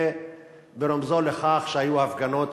ברומזו לכך שהיו הפגנות